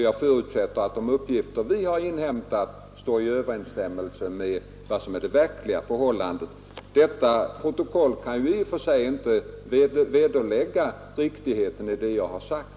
Jag förutsätter att de uppgifter vi har inhämtat står i överensstämmelse med det verkliga förhållandet. Detta protokoll kan ju i och för sig inte vederlägga riktigheten i det jag har sagt.